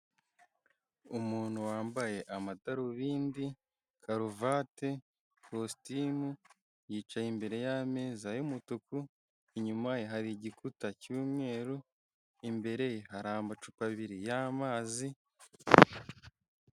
Umuntu wambaye amadarubindi, karuvati, kositimu, yicaye imbere y'ameza y'umutuku, inyuma ye hari igikuta cy'umweru imbere hari amacupa abiri y'amazi.